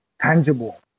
tangible